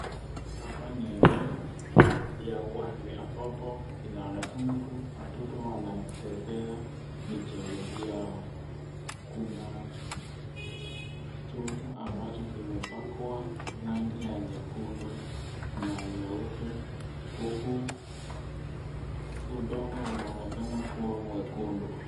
Hapa ni eneo ya watu ambapo inaonekana kuwa watoto wanachezea michezo yao. Kuna chuma ambacho kimepakwa rangi ya nyekundu na nyeupe huku udongo unaonekana kuwa mwekundu.